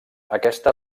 aquesta